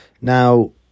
Now